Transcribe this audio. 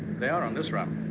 they are, on this run,